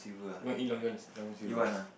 you wanna eat Long John Long-John-Silvers